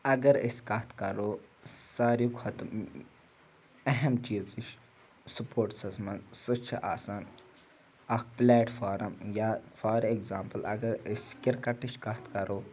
اگر أسۍ کَتھ کَرو ساروی کھۄتہٕ اہم چیٖزٕچ سپوٹسَس منٛز سُہ چھِ آسان اَکھ پٕلیٹ فارم یا فار اٮ۪گزامپٕل اگر أسۍ کِرکَٹٕچ کَتھ کَرو